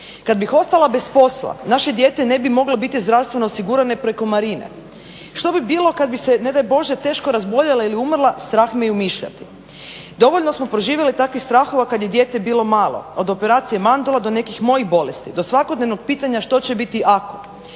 Kada bih ostala bez posla, naše dijete ne bi moglo biti zdravstveno osigurano preko Marine. Što bi bilo kada bih se, ne daj Bože, teško razboljela ili umrla, strah me i umišljati. Dovoljno smo proživjele takvih strahova kada je dijete bilo malo, od operacije mandula do nekih mojih bolesti, do svakodnevnog pitanja što će biti ako.